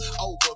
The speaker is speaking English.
over